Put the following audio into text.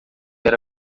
era